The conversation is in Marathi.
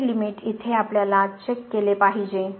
तर ते लिमिट इथे आपल्याला चेक केले पाहिजेत